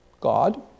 God